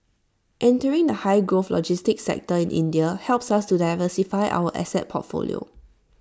entering the high growth logistics sector in India helps us to diversify our asset portfolio